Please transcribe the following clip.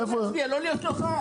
לא להצביע, לא להיות נוכח.